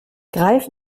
greif